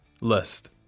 list